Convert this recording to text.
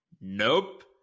nope